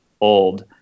old